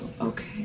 Okay